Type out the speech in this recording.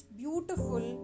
beautiful